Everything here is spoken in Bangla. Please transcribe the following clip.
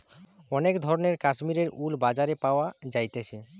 অনেক ধরণের কাশ্মীরের উল বাজারে পাওয়া যাইতেছে